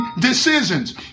decisions